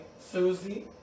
Susie